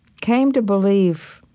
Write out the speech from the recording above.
came to believe,